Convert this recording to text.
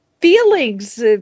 feelings